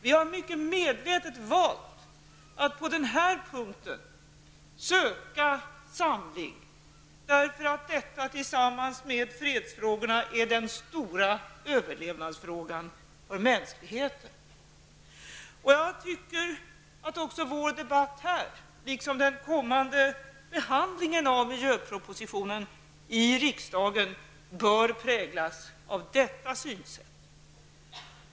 Vi har mycket medvetet valt att på den här punkten söka samling, eftersom detta, tillsammans med fredsfrågorna, är den stora överlevnadsfrågan för mänskligheten. Jag tycker att vår debatt här, liksom den kommande behandlingen av miljöpropositionen i riksdagen, bör präglas av detta synsätt.